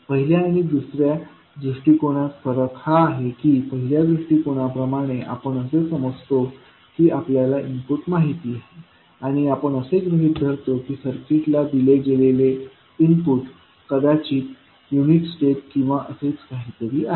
पहिल्या आणि दुसऱ्या दृष्टिकोनात फरक हा आहे की पहिल्या दृष्टीकोनाप्रमाणे आपण असे समजतो की आपल्याला इनपुट माहित आहे आणि आपण असे गृहित धरतो की सर्किटला दिले गेलेले इनपुट कदाचित युनिट स्टेप किंवा असेच काहीतरी आहे